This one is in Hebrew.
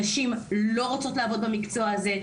נשים לא רוצות לעבוד במקצוע הזה.